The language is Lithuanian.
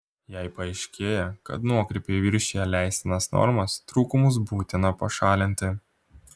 jei paaiškėja kad nuokrypiai viršija leistinas normas trūkumus būtina pašalinti